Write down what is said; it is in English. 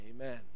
Amen